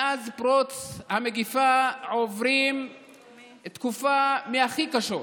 מאז פרוץ המגפה עוברים תקופה מהכי קשות,